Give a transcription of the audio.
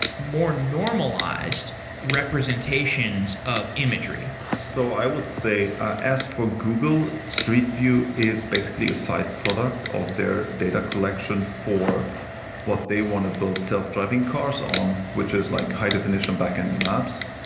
more normalized representations of imagery. so i would say as for google, street view is basically a side product of their data collection for what they want to build self-driving cars on, which is like high-definition backend maps.